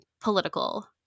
political